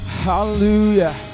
Hallelujah